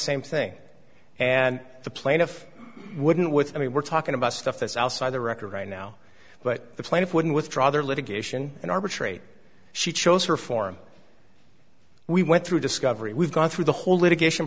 same thing and the plaintiff wouldn't what i mean we're talking about stuff that's outside the record right now but the plaintiff wouldn't withdraw their litigation and arbitrate she chose her form we went through discovery we've gone through the whole litigation